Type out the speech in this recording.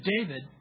David